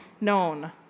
known